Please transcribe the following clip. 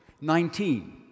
Nineteen